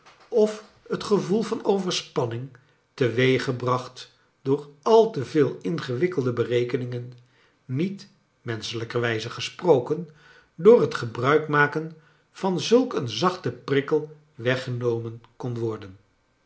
of het gevoel vaa overspanning teweeggebracht door al te veel ingewikkelde berekeningen niet manschelijker wijze gesproken door het gebruik maken van zulk een zachten prikkel weggenomea kon wordea